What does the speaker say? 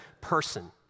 person